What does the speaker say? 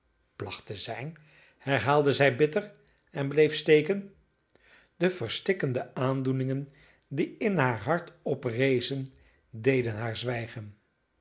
te zijn herhaalde zij bitter en bleef steken de verstikkende aandoeningen die in haar hart oprezen deden haar zwijgen